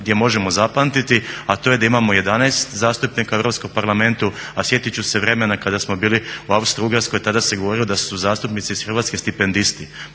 gdje možemo zapamtiti a to je da imamo 11 zastupnika u Europskom parlamentu a sjetiti ću se vremena kada smo bili u Austrougarskoj tada se govorilo da su zastupnici iz Hrvatske stipendisti.